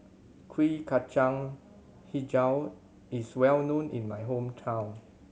Kuih Kacang Hijau is well known in my hometown